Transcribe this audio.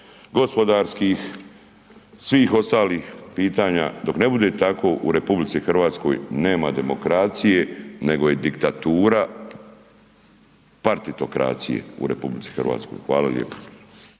gospodarskih, svih ostalih pitanja, dok ne bude tako u RH nema demokracije, nego je diktatura partitokracije u RH. Hvala lijepo.